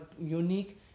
unique